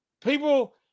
people